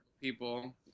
People